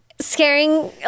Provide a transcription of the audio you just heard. scaring